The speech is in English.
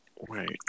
Wait